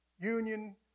Union